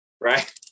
right